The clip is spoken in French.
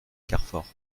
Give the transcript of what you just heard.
carfor